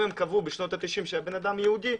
אם הם קבעו בשנות ה-90 שהבן אדם יהודי,